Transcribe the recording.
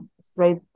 straight